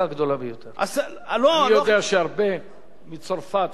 אני יודע שהרבה מצרפת רכשו פה דירות.